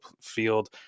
field